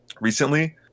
recently